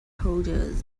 holders